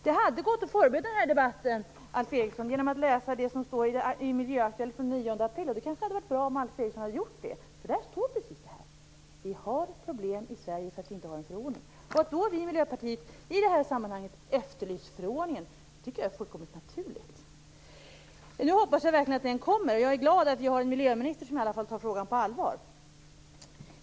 Det hade gått att förbereda den här debatten, Alf Eriksson, genom att läsa det som står i Miljöaktuellt från den 9 april. Det kanske hade varit bra om Alf Eriksson hade gjort det. Där står precis det här: Vi har problem i Sverige därför att vi inte har någon förordning. Att vi i Miljöpartiet i det sammanhanget har efterlyst en förordning tycker jag är fullkomligt naturligt. Jag hoppas verkligen att det kommer. Jag är glad att vi har en miljöminister som i alla fall tar frågan på allvar.